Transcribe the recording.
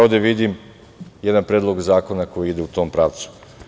Ovde vidim jedan predlog zakona koji ide u tom pravcu.